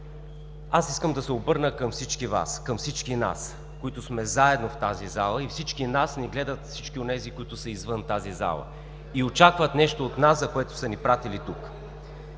Искам да се обърна към всички Вас, към всички нас, които сме заедно в тази зала. Всички нас гледат – всички онези, които са извън тази зала, и очакват нещо от нас, за което са ни пратили тук.